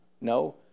No